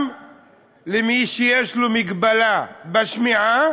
גם למי שיש לו מגבלה בשמיעה